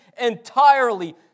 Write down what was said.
entirely